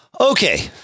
Okay